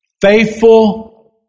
Faithful